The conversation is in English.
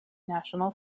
national